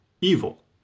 evil